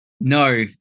No